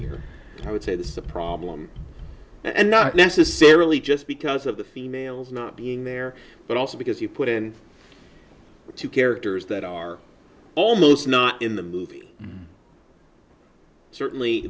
here i would say this is a problem and not necessarily just because of the females not being there but also because you put in two characters that are almost not in the movie certainly